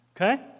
okay